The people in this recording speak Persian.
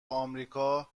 آمریکا